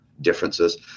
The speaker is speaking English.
differences